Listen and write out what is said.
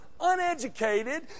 uneducated